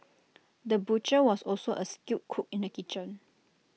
the butcher was also A skilled cook in the kitchen